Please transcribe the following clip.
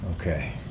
Okay